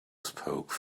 spoke